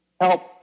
help